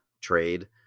trade